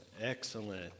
Excellent